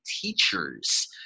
teachers